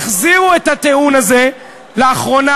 החזירו את הטיעון הזה לאחרונה,